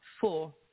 four